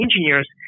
engineers